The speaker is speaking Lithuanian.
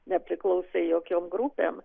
nepriklausė jokiom grupėm